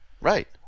Right